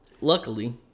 Luckily